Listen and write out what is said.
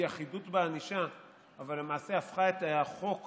אחידות בענישה אבל למעשה הפכה את החוק